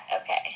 Okay